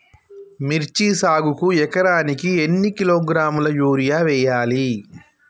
మిర్చి సాగుకు ఎకరానికి ఎన్ని కిలోగ్రాముల యూరియా వేయాలి?